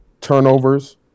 Turnovers